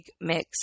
mix